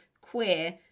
queer